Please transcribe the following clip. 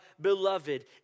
beloved